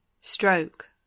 stroke